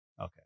okay